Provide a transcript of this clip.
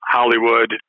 Hollywood